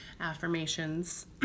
affirmations